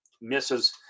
misses –